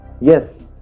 Yes